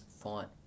font